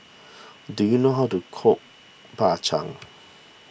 do you know how to cook Bak Chang